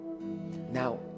Now